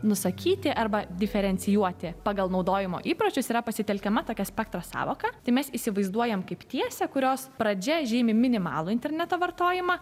nusakyti arba diferencijuoti pagal naudojimo įpročius yra pasitelkiama tokia spektro sąvoka tai mes įsivaizduojam kaip tiesą kurios pradžia žymi minimalų interneto vartojimą